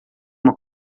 uma